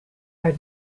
are